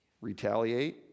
Retaliate